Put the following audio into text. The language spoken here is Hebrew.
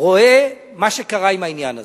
רואה מה שקרה עם העניין הזה.